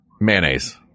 Mayonnaise